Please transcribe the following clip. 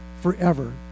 forever